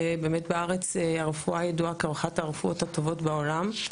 באמת בארץ הרפואה ידועה כאחת הרפואות הטובות בעולם.